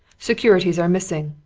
securities are missing.